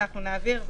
נעביר,